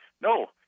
No